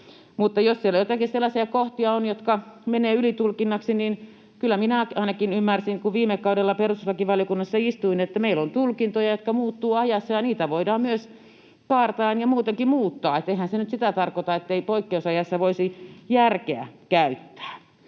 jos siellä on joitakin sellaisia kohtia, jotka menevät ylitulkinnaksi, niin kyllä minä ainakin ymmärsin, kun viime kaudella perustuslakivaliokuntassa istuin, että meillä on tulkintoja, jotka muuttuvat ajassa, ja niitä voidaan myös kaartaen ja muutenkin muuttaa. Eihän se nyt sitä tarkoita, ettei poikkeusajassa voisi järkeä käyttää.